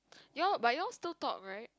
you all but you all still talk right